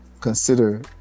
consider